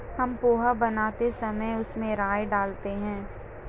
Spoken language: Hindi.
हम पोहा बनाते समय उसमें राई डालते हैं